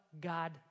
God